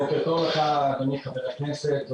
בוקר טוב לך אדוני חבר הכנסת.